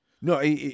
No